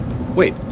Wait